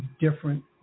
different